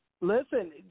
Listen